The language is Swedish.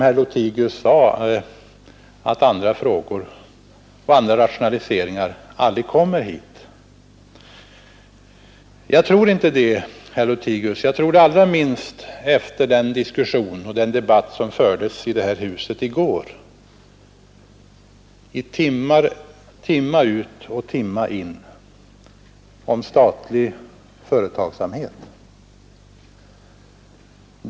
Jag tror inte att herr Lothigius har rätt, allra minst efter den debatt om statlig företagsamhet som fördes i det här huset i går, timma ut och timma in.